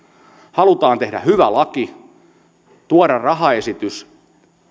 halutaan tehdä hyvä laki ja tuoda rahaesitys